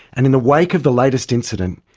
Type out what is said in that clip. and in the wake of the latest incident,